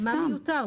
למה מיותר?